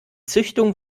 züchtung